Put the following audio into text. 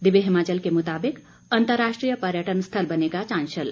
दिव्य हिमाचल के मुताबिक अंतर्राष्ट्रीय पर्यटन स्थल बनेगा चांशल